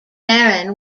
baron